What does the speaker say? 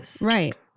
Right